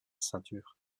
ceinture